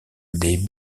des